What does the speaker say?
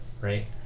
right